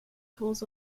calls